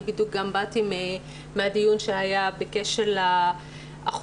אני בדיוק גם באתי מהדיון שהיה בקשר לאחוזים